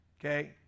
Okay